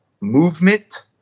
movement